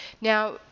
Now